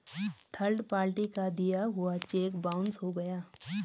third party का दिया हुआ चेक बाउंस हो गया